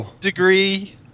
degree